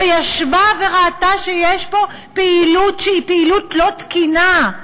שישבה וראתה שיש פה פעילות שהיא פעילות לא תקינה.